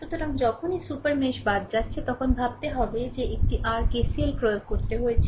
সুতরাং যখনই supermesh বাদ দিচ্ছে তখন ভাবতে হবে যে একটি rKCL প্রয়োগ করতে হয়েছিল